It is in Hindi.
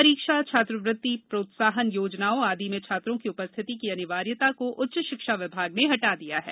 परीक्षा छात्रवृत्ति प्रोत्साहन योजनाओं आदि में छात्रों की उपस्थिति की अनिवार्ययता को उच्च शिक्षा विभाग ने हटा दिया है